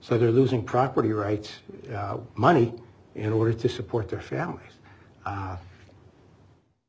so they're losing property rights money in order to support their families